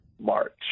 March